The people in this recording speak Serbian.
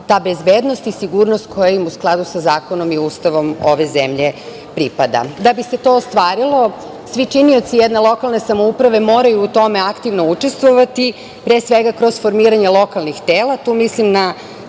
ta bezbednost i sigurnost koja im u skladu sa zakonom i Ustavom ove zemlje pripada. Da bi se to ostvarilo svi činioci jedne lokalne samouprave moraju u tome aktivno učestvovati, pre svega kroz formiranje lokalnih tela. Tu mislim na